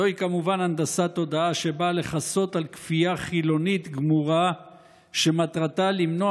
זוהי כמובן הנדסת תודעה שבאה לכסות על כפייה חילונית גמורה שמטרתה למנוע